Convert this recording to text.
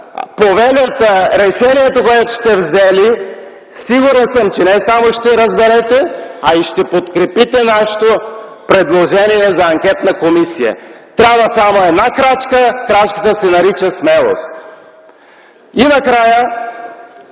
повелята, решението, което сте взели, сигурен съм, че не само ще разберете, но и ще подкрепите нашето предложение за анкетна комисия. Трябва само една крачка, крачката се нарича „смелост”! И накрая